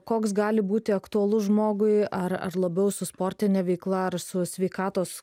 koks gali būti aktualus žmogui ar ar labiau su sportine veikla ar su sveikatos